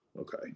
Okay